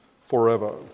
forever